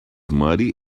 muddy